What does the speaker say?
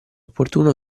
opportuno